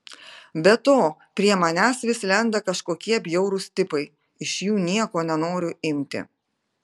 be to prie manęs vis lenda kažkokie bjaurūs tipai iš jų nieko nenoriu imti